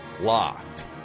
locked